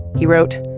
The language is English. he wrote,